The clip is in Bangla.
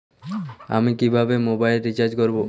আমি কিভাবে মোবাইল রিচার্জ করব?